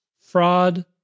fraud